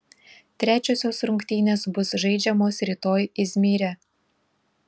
trečiosios rungtynės bus žaidžiamos rytoj izmyre